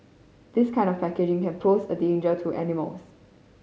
this kind of packaging can pose a danger to animals